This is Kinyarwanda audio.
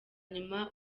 nyuma